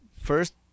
first